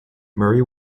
murray